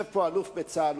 יושב פה אלוף בצה"ל,